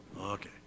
Okay